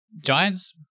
Giants